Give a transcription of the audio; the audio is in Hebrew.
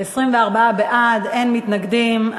24 בעד, אין מתנגדים.